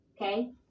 okay